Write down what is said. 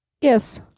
Yes